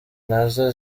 nazo